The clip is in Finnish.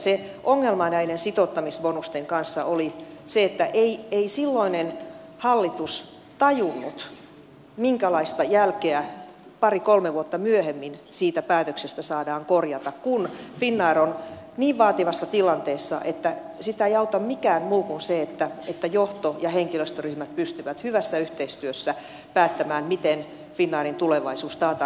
se ongelma näiden sitouttamisbonusten kanssa oli se että ei silloinen hallitus tajunnut minkälaista jälkeä pari kolme vuotta myöhemmin siitä päätöksestä saadaan korjata kun finnair on niin vaativassa tilanteessa että sitä ei auta mikään muu kuin se että johto ja henkilöstöryhmät pystyvät hyvässä yhteistyössä päättämään miten finnairin tulevaisuus taataan